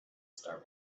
star